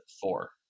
four